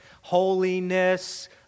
holiness